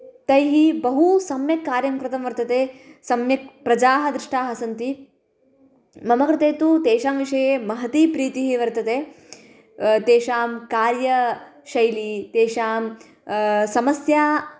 तैः बहु सम्यक् कार्यं कृतं वर्तते सम्यक् प्रजाः दृष्टाः सन्ति मम कृते तु तेषां विषये महती प्रीतिः वर्तते तेषां कार्यशैली तेषां समस्या